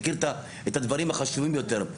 מכיר את הדברים החשובים ביותר.